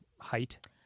height